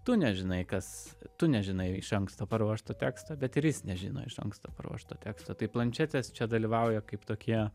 tu nežinai kas tu nežinai iš anksto paruošto teksto bet ir jis nežino iš anksto paruošto teksto tai planšetės čia dalyvauja kaip tokie